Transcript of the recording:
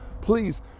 Please